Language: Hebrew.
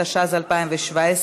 התשע"ז 2017,